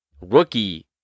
rookie